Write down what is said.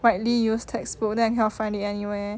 widely used textbook that kind of funny anyway